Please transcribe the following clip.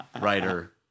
writer